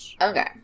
Okay